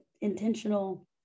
intentional